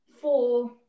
four